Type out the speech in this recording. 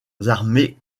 armee